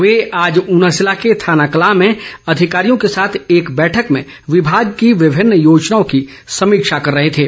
वे आज ऊना जिला के थानाकलां में अधिकारियों के साथ एक बैठक में विभाग की विभिन्न योजनाओं की समीक्षा कर रहे थे